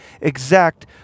exact